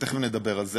ותכף נדבר על זה,